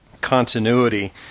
continuity